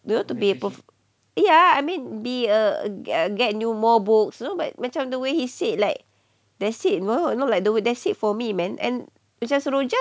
you know to be ya I mean be err get get new more books you know but macam the way he said like they said well you know like the wood that's it for me man and it's just macam seroja